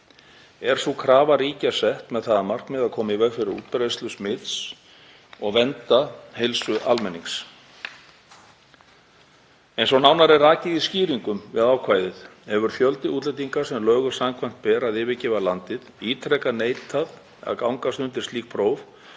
Er sú krafa ríkja er sett með það að markmiði að koma í veg fyrir útbreiðslu smits og vernda heilsu almennings. Eins og nánar er rakið í skýringum við ákvæðið hefur fjöldi útlendinga sem lögum samkvæmt ber að yfirgefa landið ítrekað neitað að gangast undir slík próf